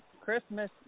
Christmas